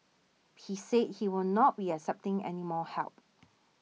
he said he will not be accepting any more help